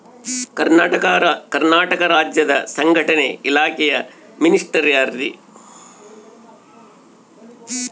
ಕರ್ನಾಟಕ ರಾಜ್ಯದ ಸಂಘಟನೆ ಇಲಾಖೆಯ ಮಿನಿಸ್ಟರ್ ಯಾರ್ರಿ?